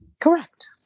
correct